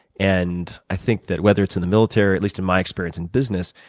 and i think that whether it's in the military, at least in my experience in business,